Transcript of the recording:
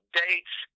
dates